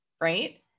right